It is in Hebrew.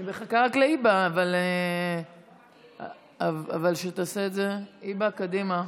אני מחכה רק להיבה, אבל שתעשה את זה, היבה, קדימה.